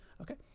Okay